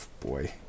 Boy